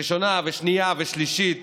הראשונה והשנייה והשלישית